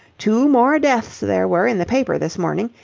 two more deaths there were in the paper this morning,